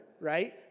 right